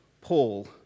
Paul